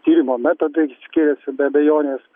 tyrimo metodai skiriasi be abejonės